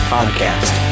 Podcast